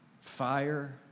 Fire